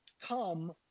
come